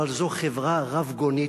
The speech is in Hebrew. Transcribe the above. אבל זו חברה רבגונית,